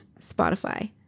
Spotify